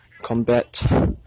combat